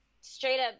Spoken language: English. straight-up